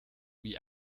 wie